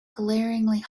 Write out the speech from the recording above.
glaringly